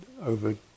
over